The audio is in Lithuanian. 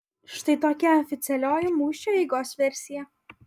štai tokia oficialioji mūšio eigos versija